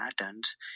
patterns